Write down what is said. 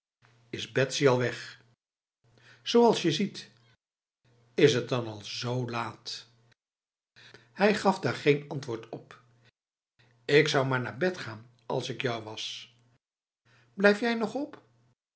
betsy al weg zoals je ziet is het dan al z laat hij gaf daar geen antwoord op ik zou maar naar bed gaan als ik jou was blijf jij nog op